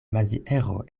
maziero